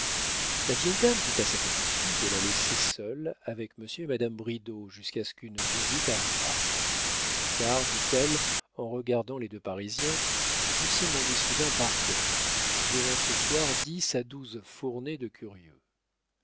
la vieille dame dit à sa petite-fille de la laisser seule avec monsieur et madame bridau jusqu'à ce qu'une visite arrivât car dit-elle en regardant les deux parisiens je sais mon issoudun par cœur nous aurons ce soir dix à douze fournées de curieux